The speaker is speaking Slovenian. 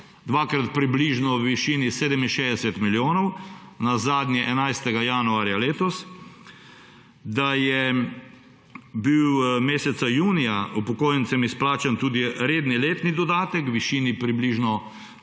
dvakrat, približno v višini 67 milijonov, nazadnje 11. januarja letos, da je bil meseca junija upokojencem izplačan tudi redni letni dodatek v višini približno